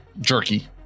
jerky